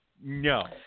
no